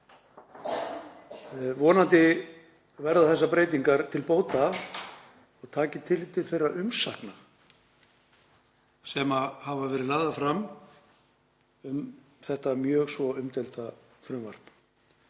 Vonandi verða þessar breytingar til bóta og munu taka tillit til þeirra umsagna sem hafa verið lagðar fram um þetta mjög svo umdeilda frumvarp.